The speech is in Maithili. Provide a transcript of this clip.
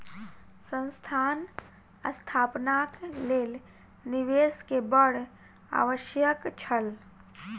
संस्थान स्थापनाक लेल निवेश के बड़ आवश्यक छल